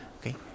okay